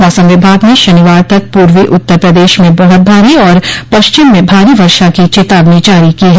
मौसम विभाग ने शनिवार तक पूर्वी उत्तर प्रदेश में बहुत भारी और पश्चिम में भारी वर्षा की चेतावनी जारी की है